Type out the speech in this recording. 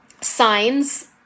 signs